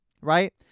right